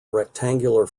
rectangular